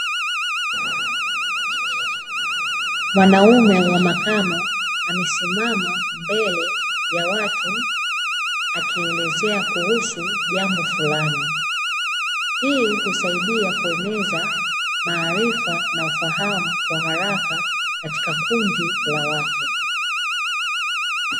Mwanaume wa makamo amesimama mbele ya watu akielezea kuhusu jambo fulani, hii husaidia kueneza maarifa na ufahamu kwa haraka katika kundi la watu.